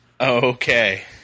okay